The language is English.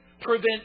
prevent